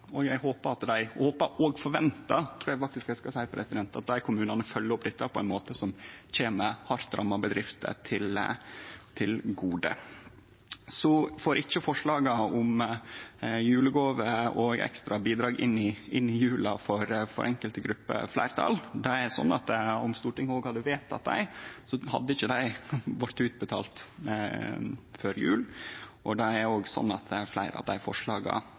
og eg håpar og forventar – det trur eg faktisk at eg skal seie – at dei kommunane følgjer opp dette på ein måte som kjem hardt ramma bedrifter til gode. Så får ikkje forslaga om julegåve og ekstra bidrag inn i jula for enkelte grupper fleirtal. Det er sånn at om Stortinget hadde vedteke dei, så hadde dei ikkje blitt utbetalt før jul, og det er òg slik at fleire av dei forslaga